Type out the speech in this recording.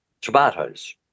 tomatoes